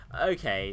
okay